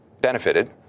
benefited